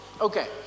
Okay